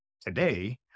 Today